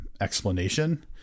explanation